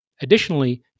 Additionally